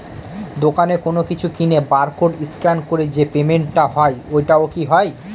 দোকানে কোনো কিছু কিনে বার কোড স্ক্যান করে যে পেমেন্ট টা হয় ওইটাও কি হয়?